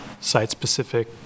site-specific